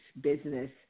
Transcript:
business